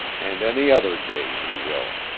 and any other day he will.